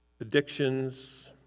addictions